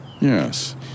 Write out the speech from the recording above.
Yes